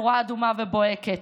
נורה אדומה ובוהקת.